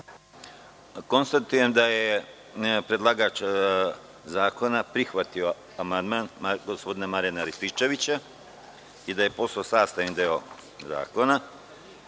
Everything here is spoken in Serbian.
Konstatujem da je predlagač zakona prihvatio amandman gospodina Marijana Rističevića i da je on postao sastavni deo zakona. Na